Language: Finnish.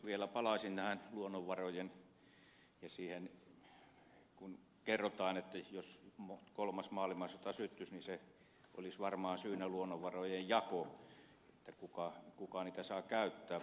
vielä palaisin näihin luonnonvaroihin ja siihen kun kerrotaan että jos kolmas maailmansota syttyisi niin se olisi varmaan syynä luonnonvarojen jakoon kuka niitä saa käyttää